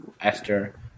Esther